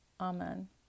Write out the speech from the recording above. Amen